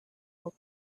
old